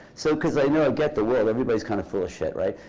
so, because i you know get the world. everyone is kind of full of shit, right?